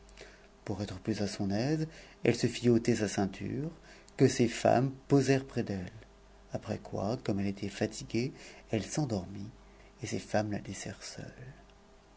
pour être plus à son aise ei c se fit ôter sa ceinture que ses femmes posèrent près d'elle après quoi comme elle était fatiguée elle s'endormit et ses femmes